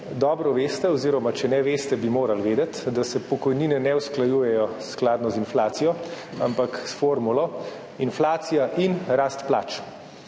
dobro veste oziroma če ne veste, bi morali vedeti, da se pokojnine ne usklajujejo skladno z inflacijo, ampak s formulo inflacija in rast plač.